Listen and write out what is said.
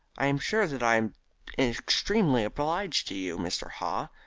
i am sure that i am extremely obliged to you, mr. haw,